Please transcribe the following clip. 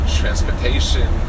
transportation